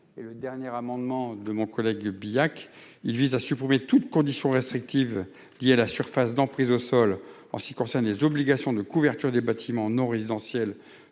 et le dernier amendement de mon collègue Bihac, il vise à supprimer toutes conditions restrictives, liées à la surface d'emprise au sol en ce qui concerne les obligations de couverture des bâtiments non résidentiels